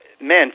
men